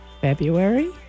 February